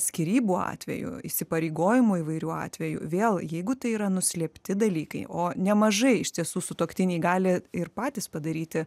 skyrybų atveju įsipareigojimų įvairių atvejų vėl jeigu tai yra nuslėpti dalykai o nemažai iš tiesų sutuoktiniai gali ir patys padaryti